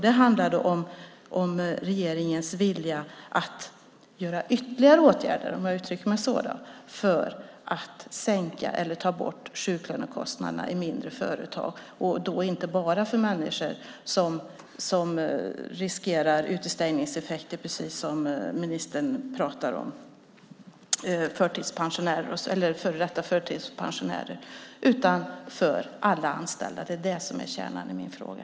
Den handlar om regeringens vilja att vidta ytterligare åtgärder - jag kanske ska uttrycka mig så i stället - för att sänka eller ta bort sjuklönekostnaderna i mindre företag, och då inte bara för människor som riskerar utestängningseffekter som ministern pratar om, till exempel före detta förtidspensionärer, utan för alla anställda. Det är kärnan i min fråga.